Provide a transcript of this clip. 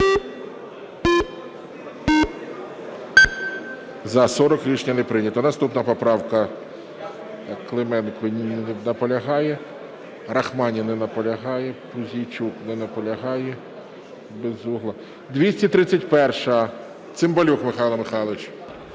За-40 Рішення не прийнято. Наступна поправка. Клименко. Не наполягає. Рахманін. Не наполягає. Пузійчук. Не наполягає. Безугла. 231-а, Цимбалюк Михайло Михайлович.